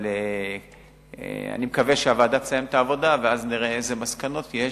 אבל אני מקווה שהוועדה תסיים את העבודה ואז נראה אילו מסקנות יש,